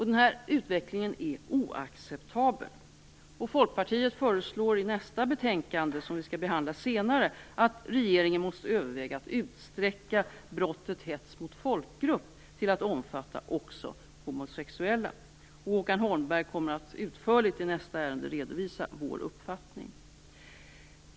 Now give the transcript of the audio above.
Den här utvecklingen är oacceptabel, och Folkpartiet föreslår i nästa betänkande, som vi skall behandla senare, att regeringen måtte överväga att utsträcka brottet hets mot folkgrupp till att omfatta också homosexuella. Håkan Holmberg kommer att utförligt i nästa ärende redovisa vår uppfattning.